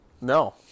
No